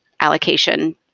allocation